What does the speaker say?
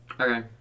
Okay